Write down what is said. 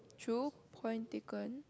true point taken